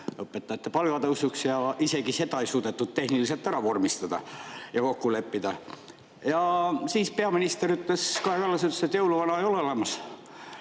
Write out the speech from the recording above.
õpetajate palga tõusuks ja isegi seda ei suudetud tehniliselt ära vormistada ja kokku leppida. Ja siis peaminister Kaja Kallas ütles, et jõuluvana ei ole olemas.